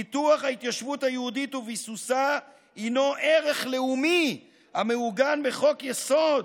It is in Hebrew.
פיתוח ההתיישבות היהודית וביסוסה הינו ערך לאומי המעוגן בחוק-יסוד,